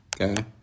Okay